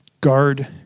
Guard